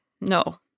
No